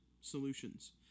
solutions